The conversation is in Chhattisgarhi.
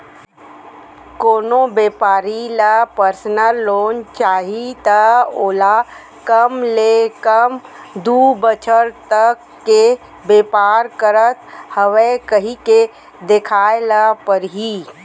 कोनो बेपारी ल परसनल लोन चाही त ओला कम ले कम दू बछर तक के बेपार करत हँव कहिके देखाए ल परही